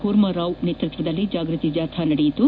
ಕೂರ್ಮಾರಾವ್ ಅವರ ನೇತೃತ್ವದಲ್ಲಿ ಜಾಗೃತಿ ಜಾಥಾ ನಡೆಯಿತು